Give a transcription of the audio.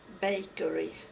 bakery